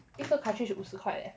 一个 cartridge 五十块 leh